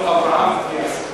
לבית-הכנסת קוראים "אברהם אטיאס".